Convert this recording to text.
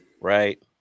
right